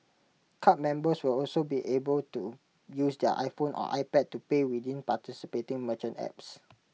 card members will also be able to use their iPhone or iPad to pay within participating merchant apps